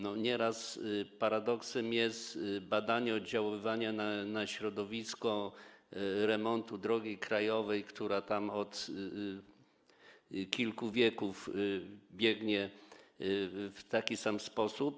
Nieraz paradoksem jest badanie oddziaływania na środowisko remontu drogi krajowej, która tam od kilku wieków biegnie w taki sam sposób.